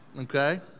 okay